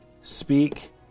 speak